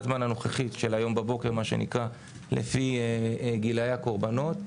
הזמן הנוכחית הבוקר לפי גיל הקורבנות.